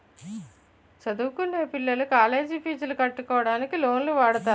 చదువుకొనే పిల్లలు కాలేజ్ పీజులు కట్టుకోవడానికి లోన్లు వాడుతారు